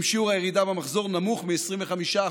אם שיעור הירידה במחזור נמוך מ-25%,